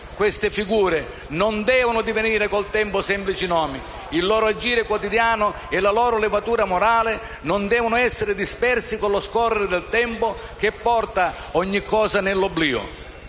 Queste figure non devono divenire con il tempo semplici nomi e il loro agire quotidiano e la loro levatura morale non devono essere dispersi con lo scorrere del tempo, che porta ogni cosa nell'oblio.